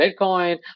Bitcoin